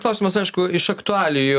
klausimas aišku iš aktualijų